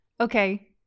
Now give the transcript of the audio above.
Okay